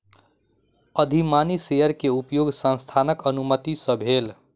अधिमानी शेयर के उपयोग संस्थानक अनुमति सॅ भेल